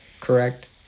correct